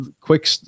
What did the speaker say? quick